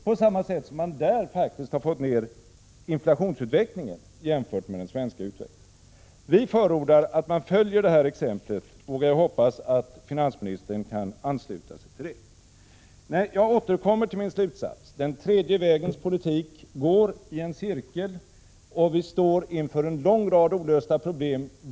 På samma sätt har man i Danmark faktiskt fått ned inflationsutvecklingen jämfört med den svenska utvecklingen. Vi förordar att man följer det här exemplet och hoppas att finansministern kan ansluta sig till det. Jag återkommer till min slutsats: Den tredje vägens politik går i cirkel, och vistår inför en lång rad olösta problem.